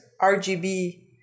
RGB